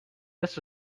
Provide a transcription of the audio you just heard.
this